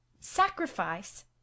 Sacrifice